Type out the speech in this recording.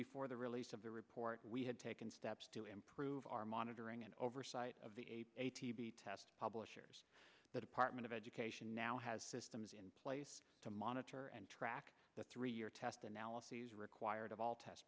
before the release of the report we had taken steps to improve our monitoring and oversight of the a tb test publishers the department of education now has systems in place to monitor and track the three year test analyses required of all test